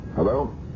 Hello